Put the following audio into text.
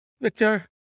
Victor